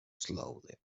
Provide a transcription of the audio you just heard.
slowly